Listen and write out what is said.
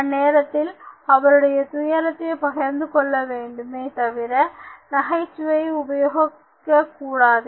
அந்நேரத்தில் அவருடைய துயரத்தை பகிர்ந்து கொள்ள வேண்டுமே தவிர நகைச்சுவையை உபயோகிக்கக்கூடாது